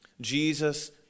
Jesus